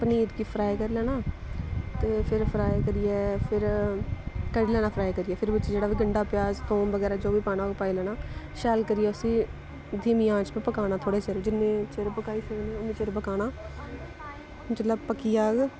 पनीर गी फ्राई करी लैना ते फिर फ्राई करियै फिर कड्ढी लैना फ्राई करियै फिर बिच्च जेह्ड़ा बी गंढा प्याज थोम बगैरा जो बी पाना ओह् पाई लैना शैल करियै उसी धीमी आंच पर पकाना थोह्ड़े चिर जिन्ने चिर पकाई सकदे उन्ने चिर पकाना जेल्लै पक्की जाह्ग